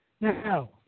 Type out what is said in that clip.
Now